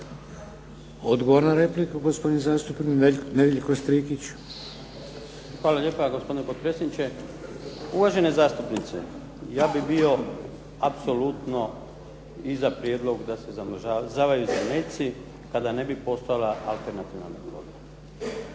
Odgovor na repliku, gospodin zastupnik Nedjeljko Strikić. **Strikić, Nedjeljko (HDZ)** Hvala lijepa gospodine potpredsjedniče. Uvažene zastupnice, ja bih bio apsolutno i za prijedlog da se zamrzavaju zametci, kada ne bi postojala alternativna metoda.